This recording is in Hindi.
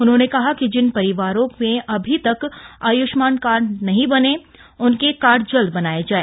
उन्होंने कहा कि जिन परिवारों के अभी तक आय्ष्मान कार्ड नहीं बने हैं उनके कार्ड जल्द बनाये जाय